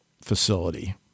facility